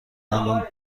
دندان